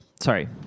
Sorry